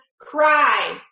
cry